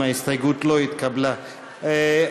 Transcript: ההסתייגות של קבוצת סיעת הרשימה המשותפת,